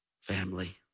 family